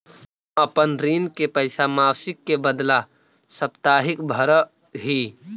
हम अपन ऋण के पैसा मासिक के बदला साप्ताहिक भरअ ही